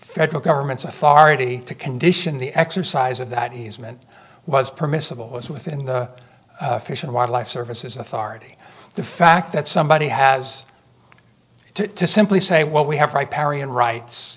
federal government's authority to condition the exercise of that he's meant was permissible is within the fish and wildlife services authority the fact that somebody has to simply say what we have right parry and rights